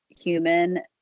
human